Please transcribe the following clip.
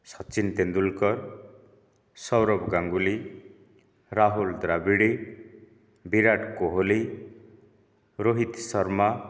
Sachin Tendulkar Sourav Ganguly Rahul Dravid Virat Kohli Rohit Sharma